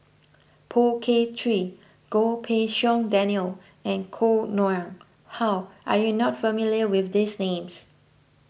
Poh Kay Swee Goh Pei Siong Daniel and Koh Nguang How are you not familiar with these names